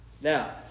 Now